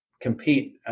compete